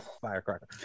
firecracker